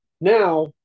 Now